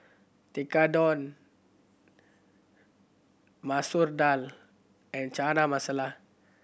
Tekkadon Masoor Dal and Chana Masala